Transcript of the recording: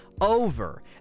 over